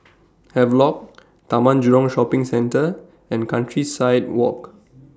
Havelock Taman Jurong Shopping Centre and Countryside Walk